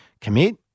commit